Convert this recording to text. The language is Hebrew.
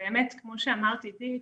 באמת כמו שאמרת עידית,